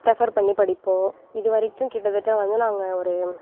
refer பண்ணி படிப்போம் இதுவரைக்கும் கிட்டத்தட்ட வந்து நாங்கள் ஒரு